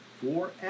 forever